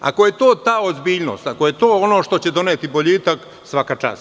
Ako je to ta ozbiljnost, ako je to ono što će doneti boljitak, svaka čast.